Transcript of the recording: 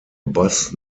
bus